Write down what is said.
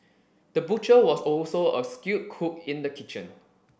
the butcher was also a skilled cook in the kitchen